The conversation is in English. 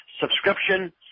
subscription